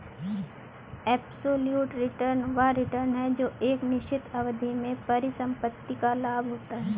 absolute return वह return है जो एक निश्चित अवधि में परिसंपत्ति का लाभ होता है